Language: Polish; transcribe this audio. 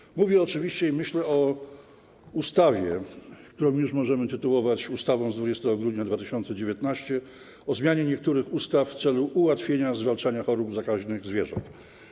Mówię i myślę oczywiście o ustawie, którą już możemy tytułować ustawą z 20 grudnia 2019 r., o zmianie niektórych ustaw w celu ułatwienia zwalczania chorób zakaźnych zwierząt.